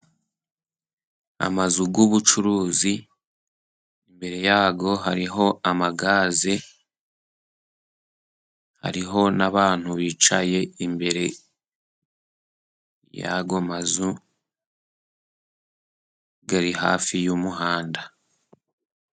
Amazu y' ubucuruzi, imbere yayo hariho amagaze, hariho n'abantu bicaye imbere y'ayo mazu ari hafi y'umuhanda.